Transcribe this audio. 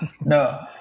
No